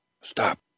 stop